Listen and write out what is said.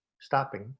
stopping